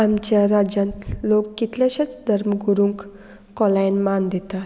आमच्या राज्यांत लोक कितलेशेच धर्मगुरूंक खोलायन मान दितात